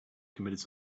committed